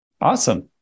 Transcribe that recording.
Awesome